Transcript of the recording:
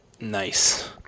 Nice